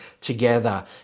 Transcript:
together